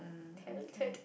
talented